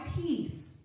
peace